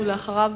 ואחריו,